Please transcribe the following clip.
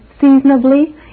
seasonably